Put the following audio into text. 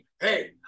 Hey